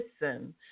listen